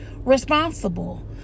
responsible